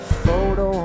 photo